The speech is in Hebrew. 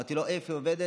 אמרתי לו: איפה היא עובדת?